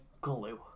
glue